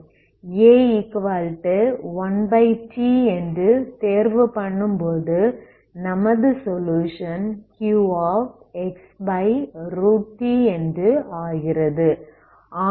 a1t என்று தேர்வு பண்ணும்போது நமது சொலுயுஷன் qxt என்று ஆகிறது